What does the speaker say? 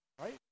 right